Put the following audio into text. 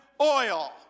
oil